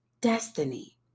destiny